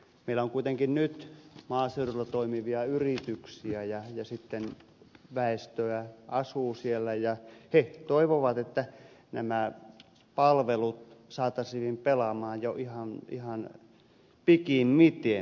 meillä on kuitenkin nyt maaseudulla toimivia yrityksiä väestöä asuu siellä ja he toivovat että nämä palvelut saataisiin pelaamaan jo ihan pikimmiten